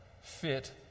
fit